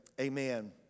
Amen